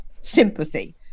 Sympathy